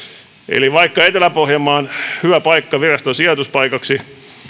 vaikka etelä pohjanmaa on hyvä paikka viraston sijoituspaikaksi niin